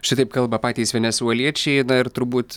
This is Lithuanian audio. šitaip kalba patys venesueliečiai ir turbūt